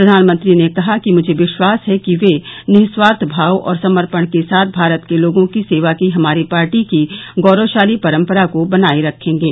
प्रधानमंत्री ने कहा मुझे विश्वास है कि वे निःस्वार्थमाव और समर्पण के साथ भारत के लोगों की सेवा की हमारी पार्टी की गौरवशाली परम्परा को बनाये रखेंगे